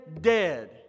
dead